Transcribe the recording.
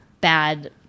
bad